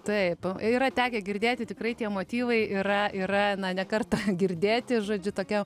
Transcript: taip yra tekę girdėti tikrai tie motyvai yra yra ne kartą girdėti žodžiu tokia